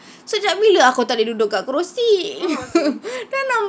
sejak bila aku tak boleh duduk kat kerusi then I'm like